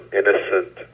innocent